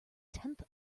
tenth